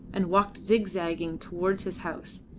and walked zigzaging towards his house.